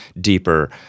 deeper